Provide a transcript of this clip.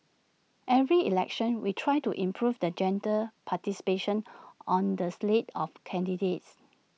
every election we try to improve the gender participation on the slate of candidates